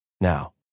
now